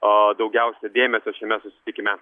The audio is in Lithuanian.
a daugiausiai dėmesio šiame susitikime